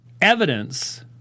evidence